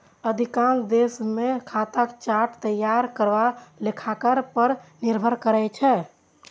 अधिकांश देश मे खाताक चार्ट तैयार करब लेखाकार पर निर्भर करै छै